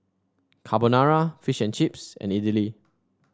Carbonara Fish and Chips and Idili